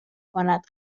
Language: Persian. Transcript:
کند